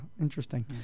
interesting